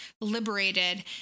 liberated